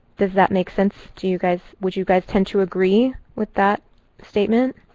does that make sense to you guys? would you guys tend to agree with that statement?